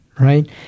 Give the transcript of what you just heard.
right